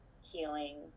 healing